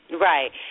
Right